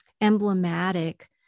emblematic